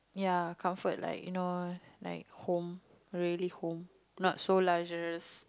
ya comfort like you know like home really home not so luxurious